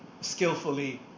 skillfully